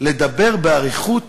לדבר באריכות